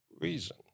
reason